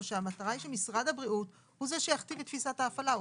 או שהמטרה היא שמשרד הבריאות הוא זה שיכתיב את תפיסת ההפעלה.